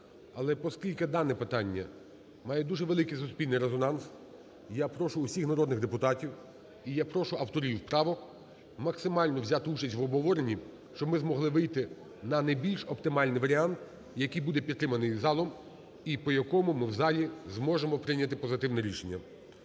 Але поскільки дане питання має дуже великий суспільний резонанс, я прошу всіх народних депутатів, і я прошу авторів правок максимально взяти участь в обговоренні, щоб ми могли вийти на найбільш оптимальний варіант, який буде підтриманий залом, і по якому ми в залі зможемо прийняти позитивне рішення.